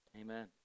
Amen